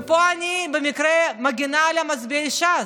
ופה במקרה אני מגינה על מצביעי ש"ס.